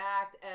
Act